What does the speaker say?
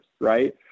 right